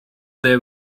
they